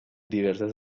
diversas